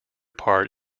part